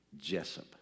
Jessup